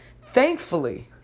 Thankfully